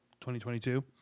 2022